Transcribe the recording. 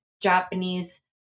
Japanese